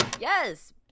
yes